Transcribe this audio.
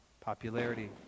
popularity